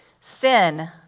Sin